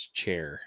chair